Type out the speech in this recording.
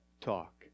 talk